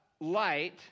light